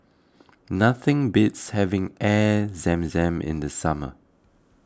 Nothing beats having Air Zam Zam in the summer